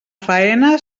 faena